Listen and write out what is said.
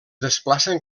desplacen